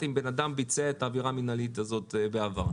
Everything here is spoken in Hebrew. אם בן אדם ביצע את העבירה המינהלית הזאת בעבר.